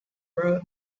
road